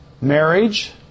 marriage